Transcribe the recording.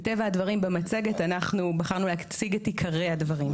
מטבע הדברים במצגת אנחנו בחרנו להציג את עיקרי הדברים.